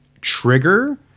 trigger